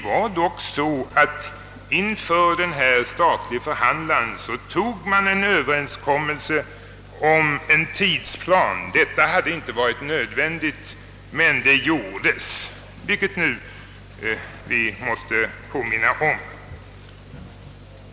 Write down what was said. Vid diskussionerna med den statlige förhandlaren gick man dock med på en överenskommelse om en tidsplan. Detta hade inte varit nödvändigt men det gjordes, och det måste vi nu påminna om.